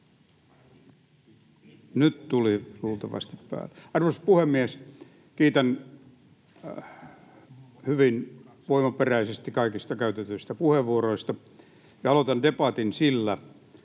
Nyt tuli luultavasti päälle. — Arvoisa puhemies! Kiitän hyvin voimaperäisesti kaikista käytetyistä puheenvuoroista. Aloitan debatin sillä,